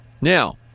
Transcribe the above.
Now